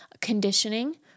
conditioning